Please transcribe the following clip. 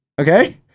Okay